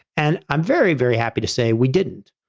and i'm very, very happy to say we didn't,